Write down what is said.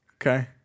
Okay